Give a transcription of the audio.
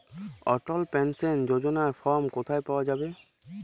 অটল pension যোজনার form কোথায় পাওয়া যাবে?